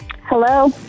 Hello